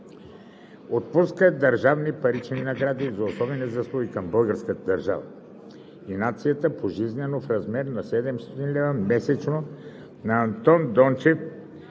Отпуска държавни парични награди за особени заслуги към българската държава и нацията пожизнено в размер 700 лв. месечно на Антон Николов